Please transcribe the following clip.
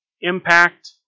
impact